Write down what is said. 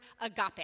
agape